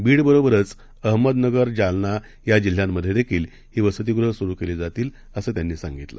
बीडबरोबरचअहमदनगर जालनायाजिल्ह्यांमध्येदेखीलहीवसतिगृहंसुरूकेलीजातील असंत्यांनीसांगितलं